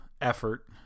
effort